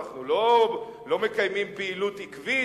אנחנו לא מקיימים פעילות עקבית,